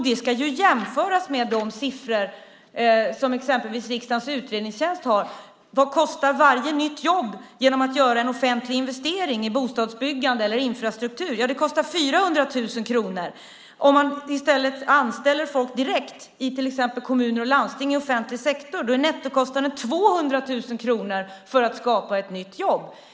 Det ska jämföras med de siffror som riksdagens utredningstjänst har. Vad kostar varje nytt jobb när man gör en offentlig investering i bostadsbyggande eller infrastruktur? Det kostar 400 000 kronor. Om man i stället anställer folk direkt i till exempel kommuner och landsting, i offentlig sektor, är nettokostnaden 200 000 kronor för att skapa ett nytt jobb.